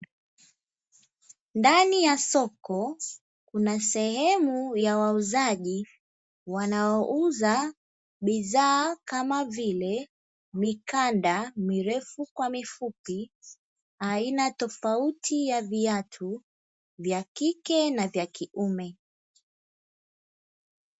Ndani ya soko kuna sehemu ya wauzaji wanaouza bidhaa kama vile mikanda mirefu kwa mifupi, aina tofauti ya viatu vya kike na vya kuime.